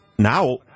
Now